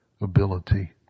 ability